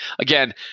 Again